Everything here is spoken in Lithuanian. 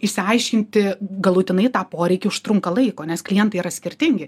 išsiaiškinti galutinai tą poreikį užtrunka laiko nes klientai yra skirtingi